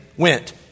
went